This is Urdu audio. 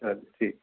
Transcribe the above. ہاں جی ٹھیک